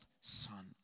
son